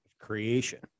creation